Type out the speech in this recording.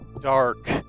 dark